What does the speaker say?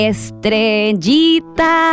Estrellita